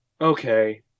Okay